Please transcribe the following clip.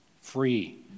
Free